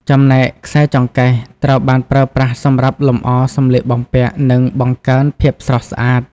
ចំណែកខ្សែចង្កេះ ត្រូវបានប្រើប្រាស់សម្រាប់លម្អសំលៀកបំពាក់ និងបង្កើនភាពស្រស់ស្អាត។